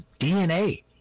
DNA